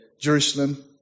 Jerusalem